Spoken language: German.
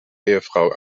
ehefrau